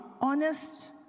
honest